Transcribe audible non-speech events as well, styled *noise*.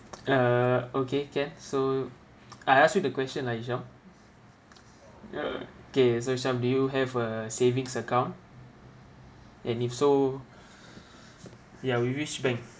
uh okay can so I ask you the question lah hisham *noise* okay so sham do you have a savings account and if so *breath* ya with which bank